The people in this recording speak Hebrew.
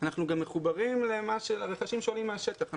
אנחנו מחוברים לרחשים שעולים מן השטח.